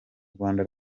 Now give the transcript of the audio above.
rwanda